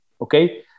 okay